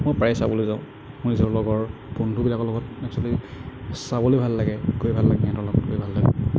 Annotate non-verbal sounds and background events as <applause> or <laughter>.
মই প্ৰায়ে চাবলৈ যাওঁ <unintelligible> বন্ধুবিলাকৰ লগত একচুৱেলি চাবলৈ ভাল লাগে গৈ ভাল লাগে সিহঁতৰ লগত গৈ ভাল লাগে